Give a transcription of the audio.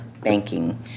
banking